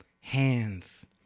hands